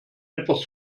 etwas